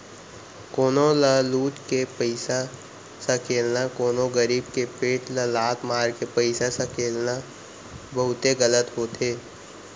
कोनो ल लुट के पइसा सकेलना, कोनो गरीब के पेट ल लात मारके पइसा सकेलना बहुते गलत होथे